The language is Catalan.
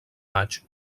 maig